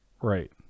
Right